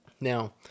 Now